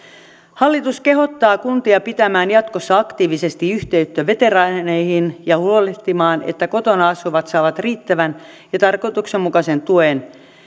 hallitus kehottaa kuntia pitämään jatkossa aktiivisesti yhteyttä veteraaneihin ja huolehtimaan että kotona asuvat saavat riittävän ja tarkoituksenmukaisen tuen